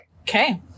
Okay